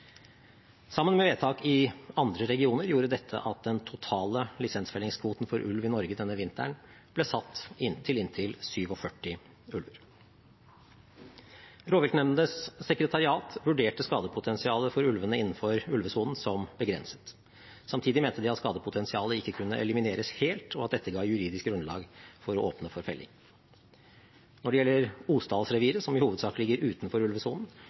Sammen med vedtak i andre regioner gjorde dette at den totale lisensfellingskvoten for ulv i Norge denne vinteren ble satt til inntil 47 ulver. Rovviltnemndenes sekretariat vurderte skadepotensialet for ulvene innenfor ulvesonen som begrenset. Samtidig mente de at skadepotensialet ikke kunne elimineres helt, og at dette ga juridisk grunnlag for å åpne for felling. Når det gjelder Osdalsreviret, som i hovedsak ligger utenfor ulvesonen,